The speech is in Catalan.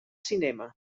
cinema